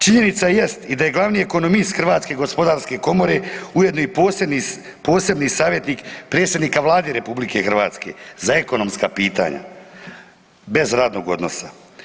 Činjenica jest i da je glavni ekonomist Hrvatske gospodarske komore ujedno i posebni savjetnik predsjednika Vlade Republike Hrvatske za ekonomska pitanja bez radnog odnosa.